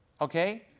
Okay